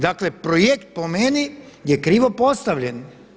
Dakle projekt po meni je krivo postavljen.